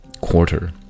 Quarter